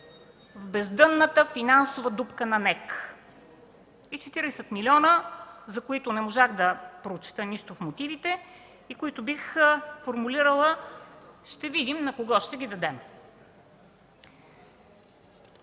в бездънната финансова дупка на НЕК, и 40 млн. лв., за които не можах да прочета нищо в мотивите и които бих формулирала: „Ще видим на кого ще ги дадем”.